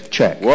Check